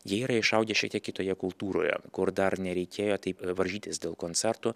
jie yra išaugę šiek tiek kitoje kultūroje kur dar nereikėjo taip varžytis dėl koncertų